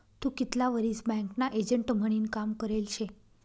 तू कितला वरीस बँकना एजंट म्हनीन काम करेल शे?